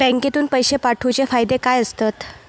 बँकेतून पैशे पाठवूचे फायदे काय असतत?